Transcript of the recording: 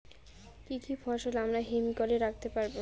কি কি ফসল আমরা হিমঘর এ রাখতে পারব?